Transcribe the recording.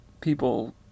people